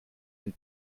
per